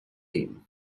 team